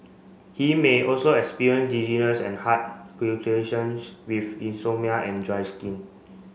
he may also experience dizziness and heart with insomnia and dry skin